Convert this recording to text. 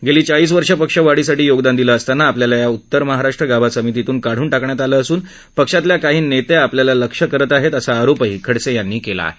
गेली चाळीस वर्षे पक्ष वाढीसाठी योगदान दिलं असताना आपल्याला या उतर महाराष्ट्र गाभा समितीतून काढून टाकण्यात आलं असून पक्षातील काही नेते आपल्याला लक्ष्य करत आहेत असा आरोपही खडसे यांनी केला आहे